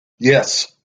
yes